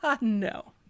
no